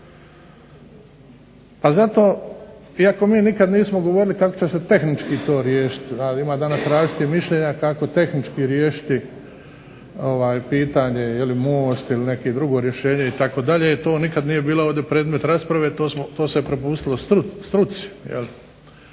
Pa zato iako mi nikada nismo govorili kako ćemo to tehnički riješiti, ima danas različitih mišljenja kako tehnički riješiti pitanje most ili neko drugo rješenje itd., to nikada nije bilo ovdje predmet rasprave, to se prepustilo struci.